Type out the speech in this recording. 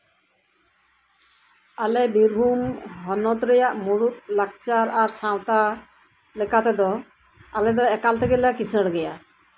ᱟᱞᱮ ᱵᱤᱨᱵᱷᱩᱢ ᱦᱚᱱᱚᱛ ᱨᱮᱭᱟᱜ ᱢᱩᱬᱩᱫ ᱞᱟᱠᱪᱟᱨ ᱟᱨ ᱥᱟᱶᱛᱟ ᱞᱮᱠᱟᱛᱮᱫᱚ ᱟᱞᱮ ᱫᱚ ᱮᱠᱟᱞ ᱛᱮᱜᱮᱞᱮ ᱠᱤᱥᱟᱹᱬ ᱜᱮᱭᱟ